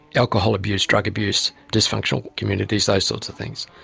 alcohol abuse, drug abuse, dysfunctional communities, those sorts of things.